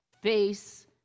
face